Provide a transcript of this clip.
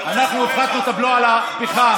אנחנו הפחתנו את הבלו על הפחם.